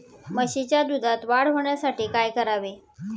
म्हशीच्या दुधात वाढ होण्यासाठी काय करावे?